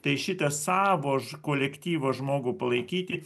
tai šitą savo ž kolektyvo žmogų palaikyti